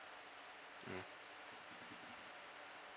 mm